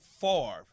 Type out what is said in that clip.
Favre